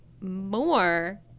more